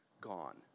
gone